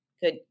Good